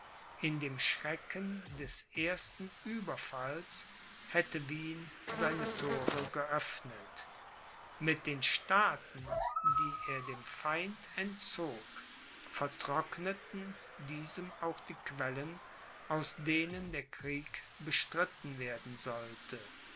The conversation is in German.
in dem schrecken des ersten ueberfalls hätte wien seine thore geöffnet mit den staaten die er dem feind entzog vertrockneten diesem auch die quellen aus denen der krieg bestritten werden sollte